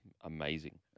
Amazing